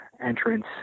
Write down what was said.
entrance